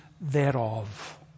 thereof